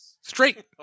Straight